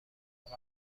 قحطی